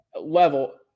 level